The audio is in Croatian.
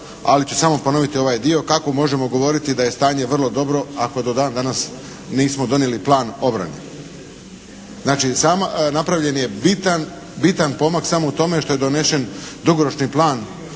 ali ću samo ponoviti ovaj dio, kako možemo govoriti da je stanje vrlo dobro ako do dan danas nismo donijeli plan obrane. Napravljen je bitan pomak samo u tome što je donesen dugoročni plan Oružanih